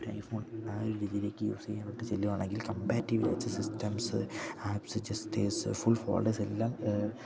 ഒരു ഐഫോൺ ആ ഒരു രീതിയിലേക്ക് യൂസ് ചെയ്യാനൊട്ട് ചെല്ലുവാണെങ്കിൽ കമ്പാരറ്റീവ്ലി വച്ച സിസ്റ്റംസ് ആപ്പ്സ് ജെസ്റ്റേ്സ് ഫുൾ ഫോൾഡേഴസെല്ലാം